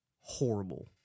horrible